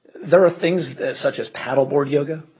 there are things such as paddleboard yoga,